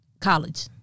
College